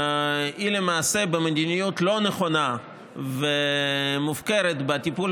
היא למעשה במדיניות לא נכונה ומופקרת בטיפול